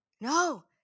No